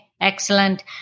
excellent